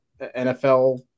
NFL